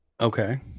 Okay